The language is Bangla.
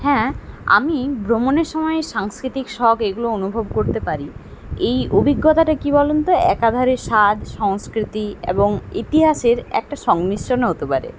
হ্যাঁ আমি ভ্রমণের সমায় সাংস্কৃতিক শখ এগুলো অনুভব করতে পারি এই অভিজ্ঞতাটা কী বলুন তো একাধারে সাজ সংস্কৃতি এবং ইতিহাসের একটা সংমিশ্রণও হতে পারে